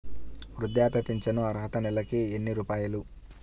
వృద్ధాప్య ఫింఛను అర్హత నెలకి ఎన్ని రూపాయలు?